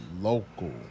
local